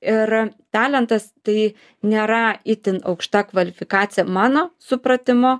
ir talentas tai nėra itin aukšta kvalifikacija mano supratimu